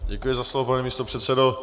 Děkuji za slovo, pane místopředsedo.